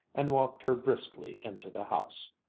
and walked her briskly into the house.